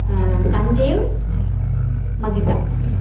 Sanjeev Mahisa